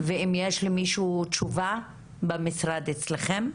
ואם יש למישהו תשובה במשרד אצלכם.